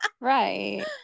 right